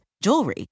jewelry